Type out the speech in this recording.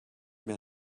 mehr